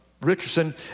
Richardson